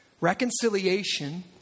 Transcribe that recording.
Reconciliation